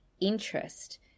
interest